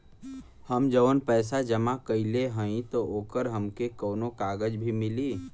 हम जवन पैसा जमा कइले हई त ओकर हमके कौनो कागज भी मिली?